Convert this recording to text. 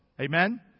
Amen